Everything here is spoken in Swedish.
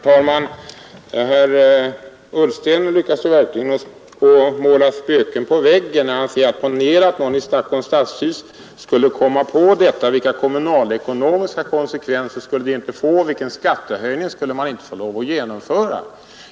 Herr talman! Herr Ullsten lyckades ju verkligen mana fram spöken på ljusa dagen: Ponera att någon i Stadshuset skulle komma på detta, vilka kommunalekonomiska konsekvenser skulle det inte få och vilken skattehöjning skulle man inte få lov att genomföra!